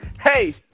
Hey